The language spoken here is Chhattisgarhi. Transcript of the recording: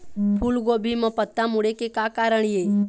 फूलगोभी म पत्ता मुड़े के का कारण ये?